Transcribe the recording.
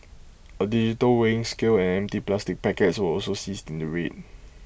A digital weighing scale and empty plastic packets were also seized in the raid